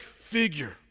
figure